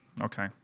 Okay